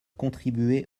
contribuer